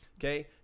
Okay